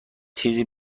چیزی